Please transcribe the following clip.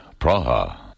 Praha